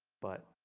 but